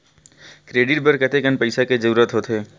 Credit बर कतेकन पईसा के जरूरत होथे?